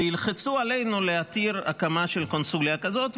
שילחצו עלינו להתיר הקמה של קונסוליה כזאת,